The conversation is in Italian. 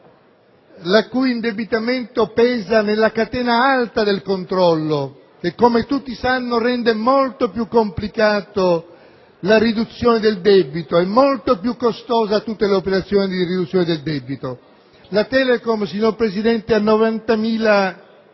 il cui indebitamento pesa nella catena alta del controllo, cosa che come tutti sanno rende molto più complicata la riduzione del debito e molto più costose tutte le operazioni tese a tale riduzione. La Telecom, signor Presidente, ha 90.000